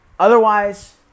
Otherwise